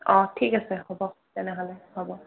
অঁ ঠিক আছে হ'ব তেনেহলে হ'ব